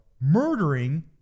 murdering